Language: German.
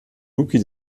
rookie